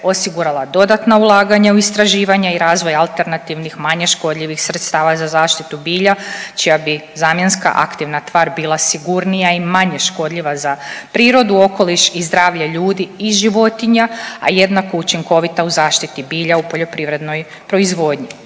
osigurala dodatna ulaganja u istraživanje i razvoj alternativnih manje škodljivih sredstava za zaštitu bilja čija bi zamjenska aktivna tvar bila sigurnija i manje škodljiva prirodu, okoliš i zdravlje ljudi i životinja, a jednako učinkovita u zaštiti bilja u poljoprivrednoj proizvodnji.